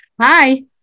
Hi